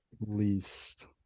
Least